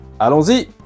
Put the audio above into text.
Allons-y